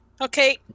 Okay